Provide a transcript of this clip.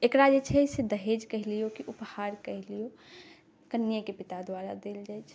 एकरा जे छै से दहेज कहि लियौ कि उपहार कहि लियौ कनिएके पिता द्वारा देल जाइत छै